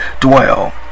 dwell